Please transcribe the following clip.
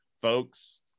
folks